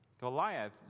Goliath